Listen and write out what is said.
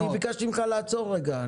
אני ביקשתי ממך לעצור רגע.